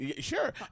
Sure